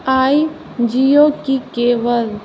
आइ जिओ की केवल